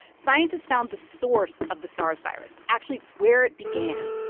scientists found the source of the sars virus actually where it began.